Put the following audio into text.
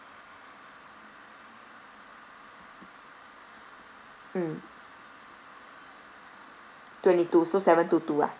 mm twenty two so seven two two ah